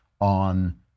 on